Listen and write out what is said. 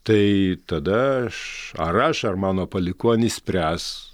tai tada aš ar aš ar mano palikuonys spręs